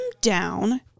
down